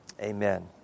amen